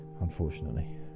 unfortunately